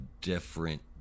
different